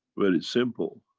very simple.